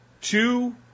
two